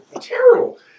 terrible